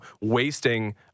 wasting